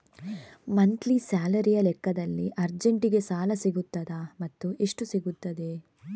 Monthly ಸ್ಯಾಲರಿಯ ಲೆಕ್ಕದಲ್ಲಿ ಅರ್ಜೆಂಟಿಗೆ ಸಾಲ ಸಿಗುತ್ತದಾ ಮತ್ತುಎಷ್ಟು ಸಿಗುತ್ತದೆ?